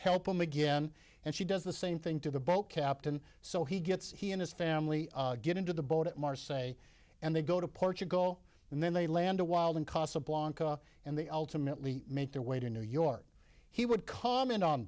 help them again and she does the same thing to the boat captain so he gets he and his family get into the boat at marsay and they go to portugal and then they land a wild and casa blanca and they ultimately make their way to new york he would comment on